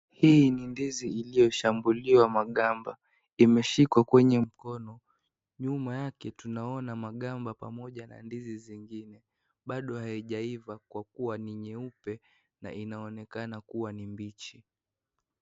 Hii ni ndizi iliyoshambuliwa magamba, imeshikwa kwenye mkono nyuma yake tunaona magamba pamoja na ndizi hizi zingine, bado haijaiva kwa kuwa ni nyeupe na inaonekana kuwa ni mbichi.